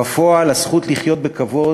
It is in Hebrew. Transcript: בפועל, הזכות לחיות בכבוד